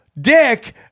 dick